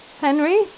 Henry